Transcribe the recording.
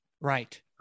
Right